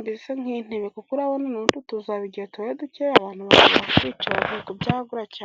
mbese nk' intebe, kuko urabona n'utu tuzu haba igihe tubaye dukeya abantu bakabura aho kwicara, bakwiye kubyagura cyane.